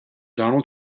donald